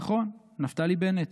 נכון, נפתלי בנט,